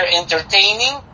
entertaining